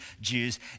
Jews